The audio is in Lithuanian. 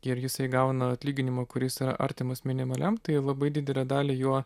ir jisai gauna atlyginimą kuris yra artimas minimaliam tai labai didelę dalį jo